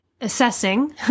assessing